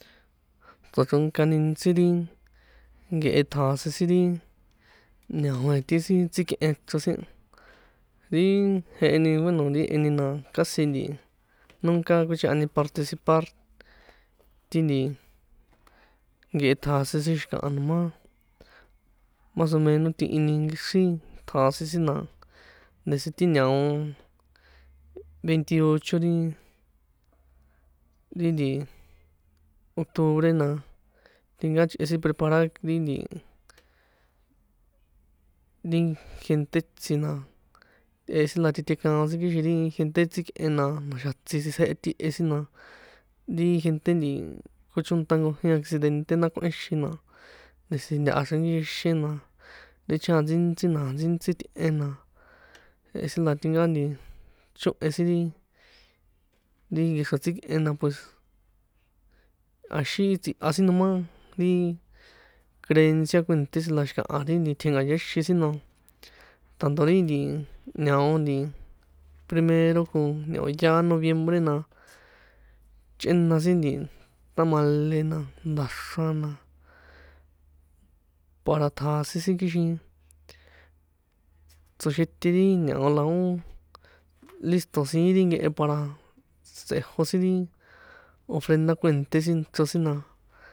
Tsochronkani ntsi ri nkehe tjasin sin, ri ña̱oe ti sin tsikꞌen chro sin, ri jeheni bueno ri e ni na casi nti nunca kuichꞌehani participar ti, nti kehe tjasin sin xi̱kaha, noma masomeno tihini nkexri ṭjasin sin na ndesi ti ña̱on veintiocho ri, ri nti octubre na tinka chꞌe sin preparar ri nti, ri gente tsi, na jehe sin na titekaon sin kixin ri gente tsikꞌen na na̱xa̱ tsi tsitsjehe ti e sin, na ri gente kochónṭa nkojín accidente nda kꞌuenxin na ndesi ntaha xrankixinxin na, ti chaan tsíntsí, na̱a tsíntsí tꞌen na, jehe sin la tinka nti chohen sin ri, ri nkexro tsikꞌe, na pues axín í, tsiha sin noma ri creencia kuènṭé sin la xikaha ri nti tjenkayaxin sin, na tanto ri nti ña̱o nti primero ko ña̱o yaá noviembre, na chꞌena sin nti tamale na, nda̱xran na, para tjasin sin kixin tsoxete ri ña̱o a la ó lísṭo̱ siín ri nkehe para tsꞌejo sin ri ofrenda kuènṭé sin chro sin na.